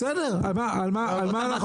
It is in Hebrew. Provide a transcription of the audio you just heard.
על מה אנחנו